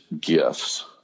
gifts